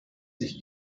sich